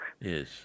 Yes